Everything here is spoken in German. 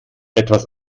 etwas